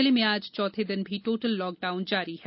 जिले में आज चौथे दिन भी टोटल लॉकडाउन जारी है